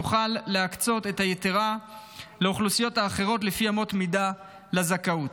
יוכל להקצות את היתרה לאוכלוסיות האחרות לפי אמות המידה לזכאות.